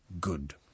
good